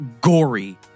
gory